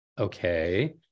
okay